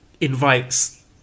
invites